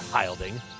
Hilding